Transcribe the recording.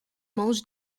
mãos